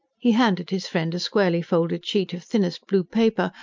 he handed his friend a squarely-folded sheet of thinnest blue paper,